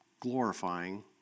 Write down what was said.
glorifying